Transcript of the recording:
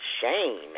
shame